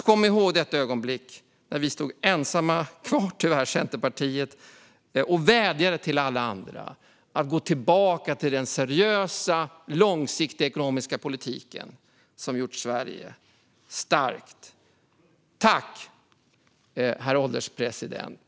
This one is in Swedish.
Kom ihåg detta ögonblick när vi stod ensamma kvar i Centerpartiet och vädjade till alla andra att gå tillbaka till den seriösa, långsiktiga ekonomiska politik som gjort Sverige starkt. Tack, herr ålderspresident!